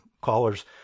callers